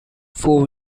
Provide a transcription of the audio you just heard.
four